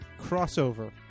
crossover